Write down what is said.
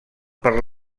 per